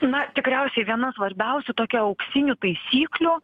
na tikriausiai viena svarbiausių tokia auksinių taisyklių